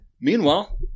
meanwhile